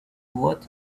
what